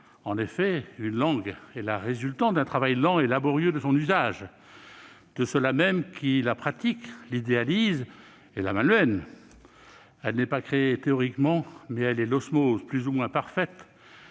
En effet, une langue est la résultante d'un travail lent et laborieux, de son usage par ceux-là mêmes qui la pratiquent, l'idéalisent et la malmènent. Elle n'est pas créée théoriquement ; elle est l'osmose plus ou moins parfaite